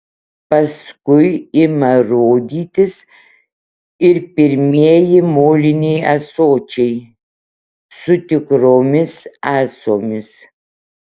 paskui ima rodytis ir pirmieji moliniai ąsočiai su tikromis ąsomis